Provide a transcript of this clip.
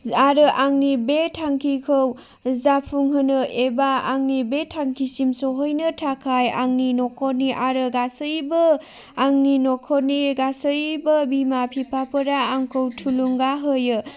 आरो आंनि बे थांखिखौ जाफुंहोनो एबा आंनि बे थांखिसिम सहैनो थाखाय आंनि न'खरनि आरो गासैबो आंनि न'खरनि गासैबो बिमा बिफाफोरा आंखौ थुलुंगा होयो